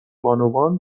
بانوان